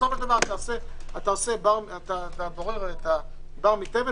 בסוף זה תמיד תהליך מתמשך